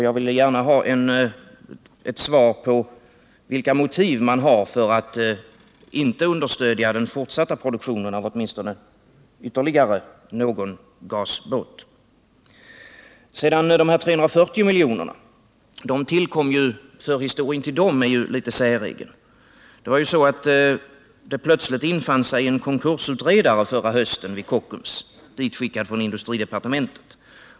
Jag skulle vilja få ett svar på frågan vilka motiv man har för att inte understödja den fortsatta produktionen av åtminstone ytterligare någon gasbåt. Stödet på 340 miljoner har en något säregen förhistoria. Det infann sig nämligen plötsligt förra hösten en konkursutredare vid Kockums, ditskickad från industridepartementet.